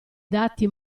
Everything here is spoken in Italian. dati